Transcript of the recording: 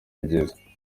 byiza